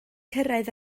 cyrraedd